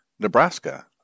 Nebraska